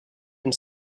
and